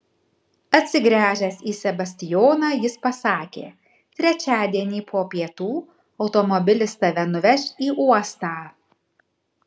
atsigręžęs į sebastijoną jis pasakė trečiadienį po pietų automobilis tave nuveš į uostą